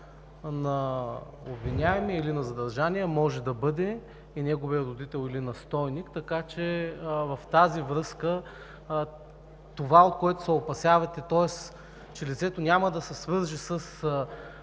на обвиняемия или на задържания може да бъде неговият родител или настойник, така че в тази връзка това, от което се опасявате – че лицето няма да се свърже с